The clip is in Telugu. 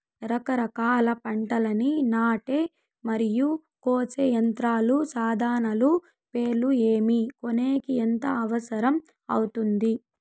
రకరకాల పంటలని నాటే మరియు కోసే యంత్రాలు, సాధనాలు పేర్లు ఏమి, కొనేకి ఎంత అవసరం అవుతుంది?